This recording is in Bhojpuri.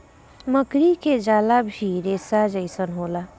मकड़ी के जाला भी रेसा जइसन होला